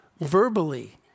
verbally